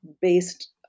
based